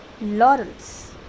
laurels